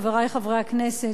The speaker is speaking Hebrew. חברי חברי הכנסת,